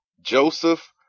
Joseph